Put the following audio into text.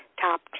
top